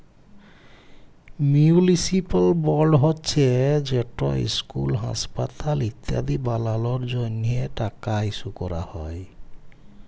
municipal board হছে যেট school, হাঁসপাতাল ইত্যাদি বালালর জ্যনহে টাকা ইস্যু ক্যরা হ্যয়